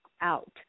out